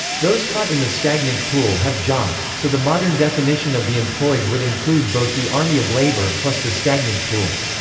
those caught in the stagnant pool have jobs, so the modern definition of the employed would include both the army of labor plus the stagnant pool.